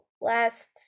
last